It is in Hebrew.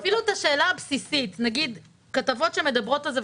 אפילו את השאלה הבסיסית כתבות שמדברות על זה,